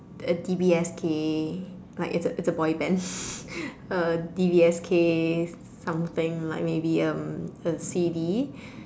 a D_B_S_K like it's a it's a boy band a D_B_S_K something like maybe um a CD